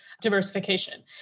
diversification